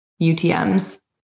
UTM's